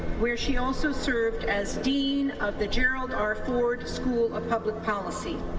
where she also served as dean of the gerald r. ford school of public policy.